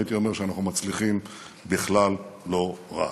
הייתי אומר שאנחנו מצליחים בכלל לא רע.